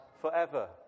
forever